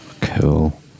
Cool